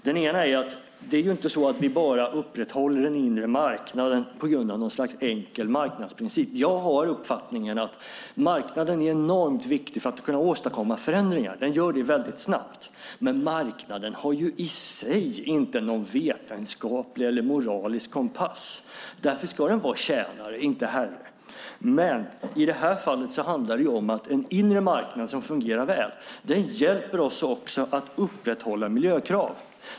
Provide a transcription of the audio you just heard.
Den ena är att det är ju inte så att vi bara upprätthåller den marknaden på grund av något slags enkel marknadsprincip. Jag har uppfattningen att marknaden är enormt viktig för att kunna åstadkomma förändringar. Den gör det väldigt snabbt, men marknaden har ju i sig inte någon vetenskaplig eller moralisk kompass. Därför ska den vara tjänare och inte herre, men i det här fallet handlar det om att en inre marknad som fungerar väl också hjälper oss att upprätthålla miljökrav.